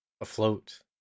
afloat